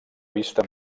vista